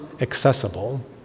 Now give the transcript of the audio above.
accessible